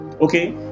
okay